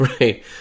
Right